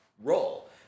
role